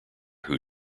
who